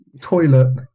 toilet